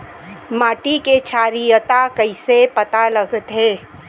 माटी के क्षारीयता कइसे पता लगथे?